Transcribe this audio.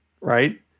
right